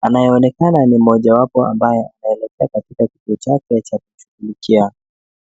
Anayeonekana ni mmojawapo ambaye anaelekea katika kituo chake cha kushugulikia.